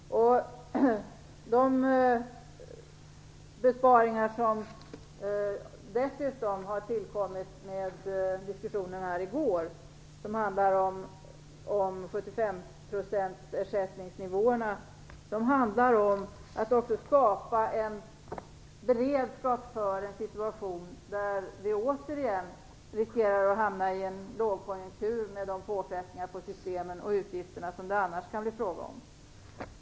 De besparingar som dessutom har tillkommit genom ersättningsnivåer på 75 %, som vi hörde i diskussionen i går, handlar också om att vi skall skapa beredskap för en situation där vi återigen riskerar att hamna i en lågkonjunktur, med de påfrestningar på systemen och utgifterna som det annars kan bli fråga om.